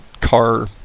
car